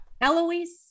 eloise